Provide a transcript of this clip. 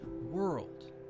world